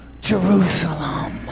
Jerusalem